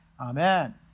Amen